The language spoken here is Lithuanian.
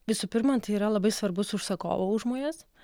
visų pirma tai yra labai svarbus užsakovo užmojus